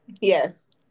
Yes